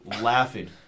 laughing